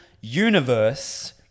universe